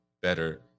better